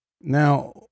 now